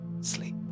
sleep